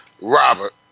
Robert